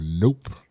nope